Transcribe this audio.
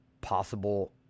possible